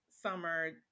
Summer